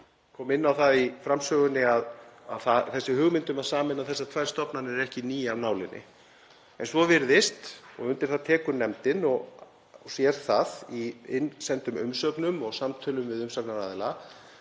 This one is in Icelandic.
kom inn á það í framsögu minni að þessi hugmynd um að sameina þessar tvær stofnanir er ekki ný af nálinni. En svo virðist — nefndin tekur undir það og sér það í innsendum umsögnum og samtölum við umsagnaraðila